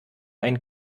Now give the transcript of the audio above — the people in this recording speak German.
einen